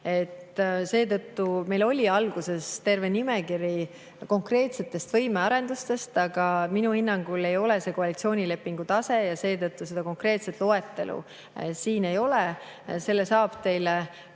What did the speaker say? Seetõttu oli meil alguses terve nimekiri konkreetsetest võimearendustest, aga minu hinnangul ei ole see koalitsioonilepingu tase ja seetõttu seda konkreetset loetelu siin ei ole. Selle saab teile